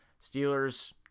Steelers